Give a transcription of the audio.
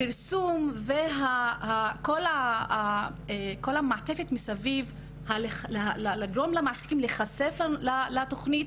הפרסום וכל המעטפת מסביב כדי לגרום למעסיקים להיחשף לתוכנית,